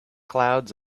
clouds